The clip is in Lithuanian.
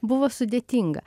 buvo sudėtinga